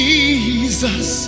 Jesus